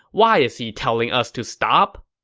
why is he telling us to stop?